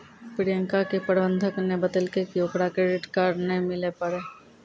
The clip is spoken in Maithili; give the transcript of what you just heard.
प्रियंका के प्रबंधक ने बतैलकै कि ओकरा क्रेडिट कार्ड नै मिलै पारै